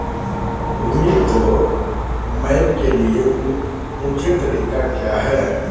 भूमि को मैपल के लिए ऊंचे तरीका काया है?